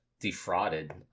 defrauded